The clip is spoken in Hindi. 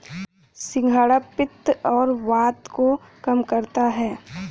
सिंघाड़ा पित्त और वात को कम करता है